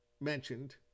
mentioned